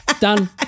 done